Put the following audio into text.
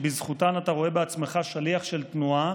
שבזכותן אתה רואה בעצמך שליח של תנועה